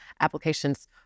Applications